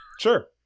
Sure